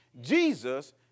Jesus